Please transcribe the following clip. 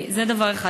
זה דבר אחד.